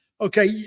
okay